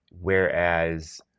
Whereas